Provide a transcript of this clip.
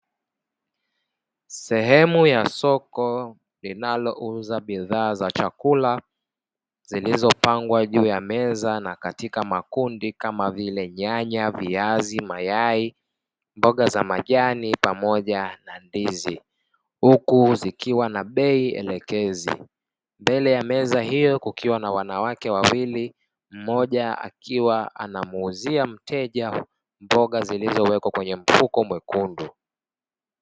Sehemu ya soko linalouza bidhaa za chakula; zilizopangwa juu ya meza na katika makundi, kama vile: nyanya, viazi, mayai, mboga za majani pamoja na ndizi, huku zikiwa na bei elekezi. Mbele ya meza hiyo kukiwa na wanawake wawili, mmoja anamuuzia mteja mboga zilizowekwa kwenye mfuko mwekundu.